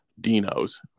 Dino's